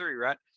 right